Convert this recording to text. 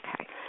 Okay